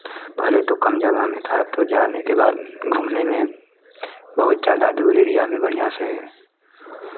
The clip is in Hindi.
पहले तो कम जगह में था अब तो जाने के बाद घूमने में बहुत ज़्यादा दूर एरिया में बढ़ियाँ से है